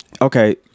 Okay